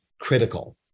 critical